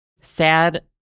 sad